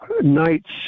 nights